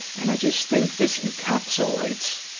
and i just think this encapsulates,